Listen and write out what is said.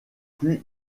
plus